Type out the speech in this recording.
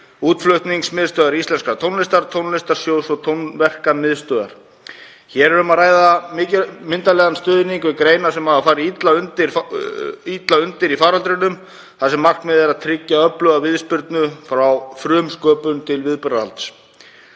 Útflutningsmiðstöðvar íslenskrar tónlistar, tónlistarsjóðs og Tónverkamiðstöðvar. Hér er um að ræða myndarlegan stuðning við greinar sem hafa farið illa út úr faraldrinum þar sem markmiðið er að tryggja öfluga viðspyrnu frá frumsköpun til viðburðahalds.